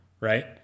right